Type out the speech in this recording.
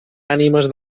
ànimes